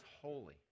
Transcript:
holy